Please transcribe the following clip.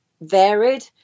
varied